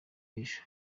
b’ejo